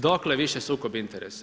Dokle više sukob interesa?